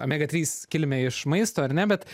omega trys kilmę iš maisto ar ne bet